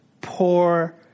poor